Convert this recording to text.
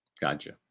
Gotcha